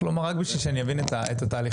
רק בשביל שאני אבין את התהליך.